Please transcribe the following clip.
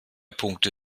punkte